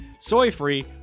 soy-free